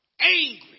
angry